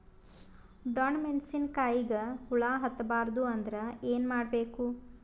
ಡೊಣ್ಣ ಮೆಣಸಿನ ಕಾಯಿಗ ಹುಳ ಹತ್ತ ಬಾರದು ಅಂದರ ಏನ ಮಾಡಬೇಕು?